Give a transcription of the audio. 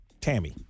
Tammy